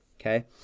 okay